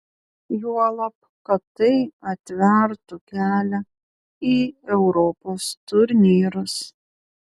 juolab kad tai atvertų kelią į europos turnyrus